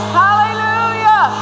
hallelujah